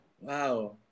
Wow